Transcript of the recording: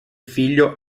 figlio